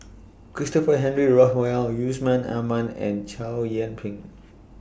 Christopher Henry Rothwell Yusman Aman and Chow Yian Ping